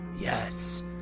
yes